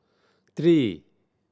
three